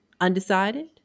undecided